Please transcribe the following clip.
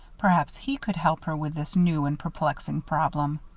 perhaps he could help her with this new and perplexing problem.